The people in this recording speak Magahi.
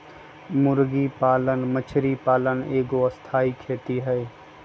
मुर्गी पालन मछरी पालन एगो स्थाई खेती हई